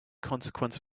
consequence